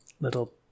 little